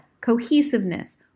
cohesiveness